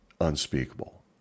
unspeakable